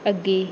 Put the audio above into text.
ਅੱਗੇ